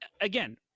again